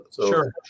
Sure